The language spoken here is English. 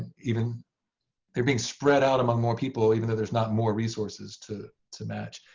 and even they're being spread out among more people even though there's not more resources to to match.